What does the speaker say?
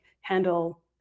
handle